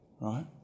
Right